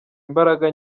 imbaraga